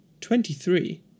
Twenty-three